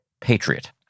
patriot